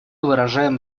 выражаем